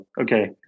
okay